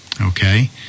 Okay